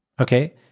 okay